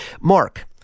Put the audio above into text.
Mark